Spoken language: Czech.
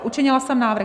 Učinila jsem návrh.